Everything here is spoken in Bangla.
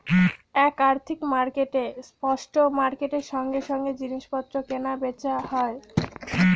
এক আর্থিক মার্কেটে স্পট মার্কেটের সঙ্গে সঙ্গে জিনিস পত্র কেনা বেচা হয়